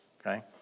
okay